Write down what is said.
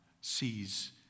sees